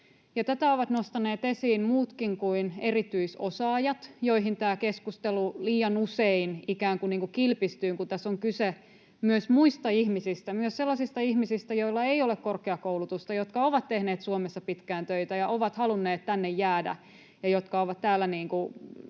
Tätä ovat nostaneet esiin muutkin kuin erityisosaajat, joihin tämä keskustelu liian usein ikään kuin kilpistyy, vaikka tässä on kyse myös muista ihmisistä, myös sellaisista ihmisistä, joilla ei ole korkeakoulutusta, jotka ovat tehneet Suomessa pitkään töitä ja ovat halunneet tänne jäädä